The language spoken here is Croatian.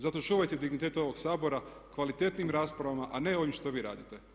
Zato čuvajte dignitet ovog Sabora kvalitetnim raspravama, a ne ovim što vi radite.